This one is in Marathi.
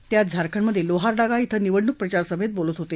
ते आज झारखंडमधे लोहारडागा क्रिं निवडणूक प्रचारसभेत बोलत होते